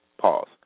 pause